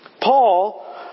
Paul